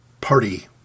party